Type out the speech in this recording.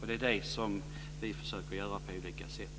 Det är det vi försöker att göra på olika sätt.